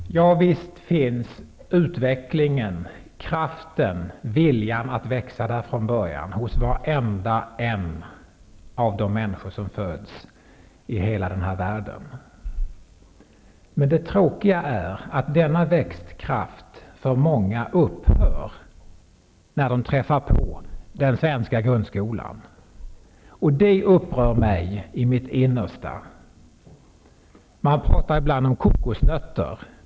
Herr talman! Ja, visst finns kraften och viljan till utveckling, att växa redan från början, hos varje människa som föds i hela denna värld. Men det tråkiga är att denna växtkraft upphör för många när de träffar på den svenska grundskolan. Det upprör mig i mitt innersta. Ibland pratar man om kokosnötter.